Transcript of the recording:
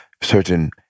certain